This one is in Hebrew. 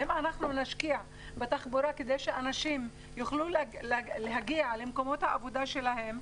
אם אנחנו נשקיע בתחבורה כדי שאנשים יוכלו להגיע למקומות העבודה שלהם,